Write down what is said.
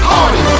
Party